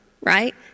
right